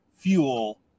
fuel